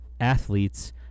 athletes